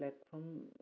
platform